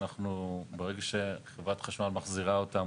ברגע שחברת החשמל מחזירה אותן,